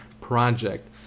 project